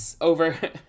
over